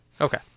Okay